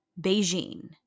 Beijing